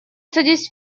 садись